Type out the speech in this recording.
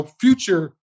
future